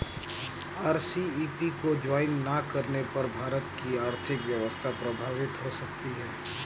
RCEP को join ना करने पर भारत की आर्थिक व्यवस्था प्रभावित हो सकती है